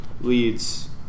leads